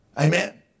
Amen